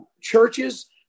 churches